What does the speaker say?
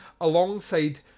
alongside